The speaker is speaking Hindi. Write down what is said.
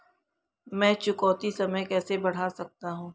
मैं चुकौती समय कैसे बढ़ा सकता हूं?